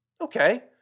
Okay